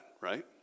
right